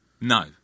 No